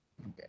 Okay